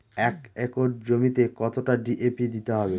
এক একর জমিতে কতটা ডি.এ.পি দিতে হবে?